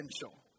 potential